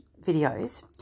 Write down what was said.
videos